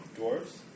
Dwarves